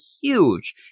huge